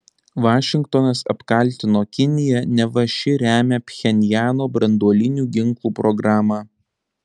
vašingtonas apkaltino kiniją neva ši remia pchenjano branduolinių ginklų programą